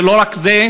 זה לא רק זה,